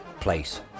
place